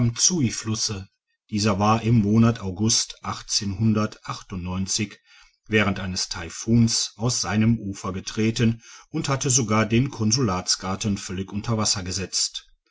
tamsuiflusse dieser war im monat august während eines taifuns aus seinem ufer getreten und hatte sogar den konsulatsgarten völlig unter wasser gesetzt